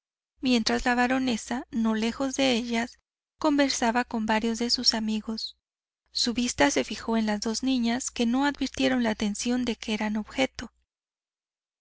mientras la baronesa no lejos de ellas conversaba con varios de sus amigos su vista se fijó en las dos niñas que no advirtieron la atención de que e ran objeto